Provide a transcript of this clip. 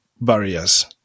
barriers